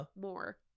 more